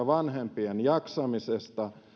vanhempien jaksamisesta ja